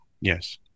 Yes